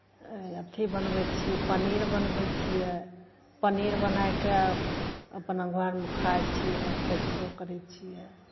अथि बनबै छियै पनीर बनबै छियै पनीर बनाए कऽ अपना घरमे खाइ छियै बेचबो करै छियै